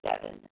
seven